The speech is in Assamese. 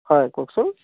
হয় কওকচোন